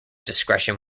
discretion